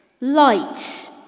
light